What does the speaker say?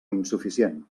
insuficient